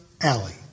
Alley